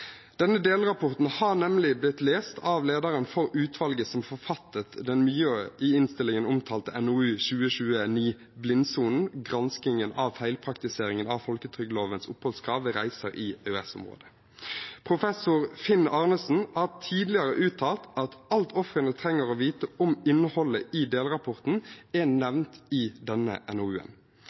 Denne delrapporten har nemlig blitt lest av lederen for utvalget som forfattet den i innstillingen mye omtalte NOU 2020: 9 Blindsonen – Gransking av feilpraktiseringen av folketrygdlovens oppholdskrav ved reiser i EØS-området. Professor Finn Arnesen har tidligere uttalt at alt ofrene trenger å vite om innholdet i delrapporten, er nevnt i denne